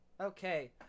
Okay